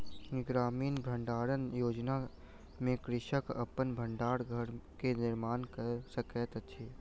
ग्रामीण भण्डारण योजना में कृषक अपन भण्डार घर के निर्माण कय सकैत अछि